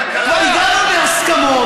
כבר הגענו להסכמות,